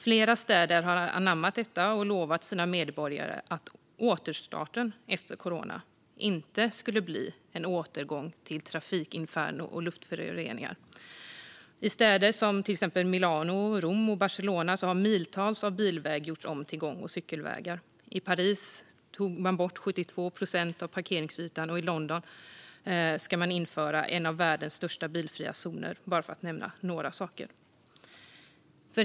Flera städer anammade detta och lovade sina medborgare att återstarten efter corona inte skulle bli en återgång till trafikinferno och luftföroreningar. I städer som Milano, Rom och Barcelona har miltals bilväg gjorts om till gång och cykelvägar. I Paris tog man bort 72 procent av parkeringsytan, och i London ska man införa en av världens största bilfria zoner - bara för att nämna några saker.